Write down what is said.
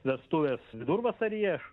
vestuvės vidurvasaryje